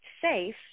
safe